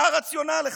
מה הרציונל לכך?